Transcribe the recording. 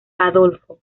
adolfo